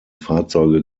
fahrzeuge